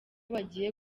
bagiye